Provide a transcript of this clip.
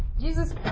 Jesus